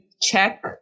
check